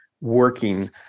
working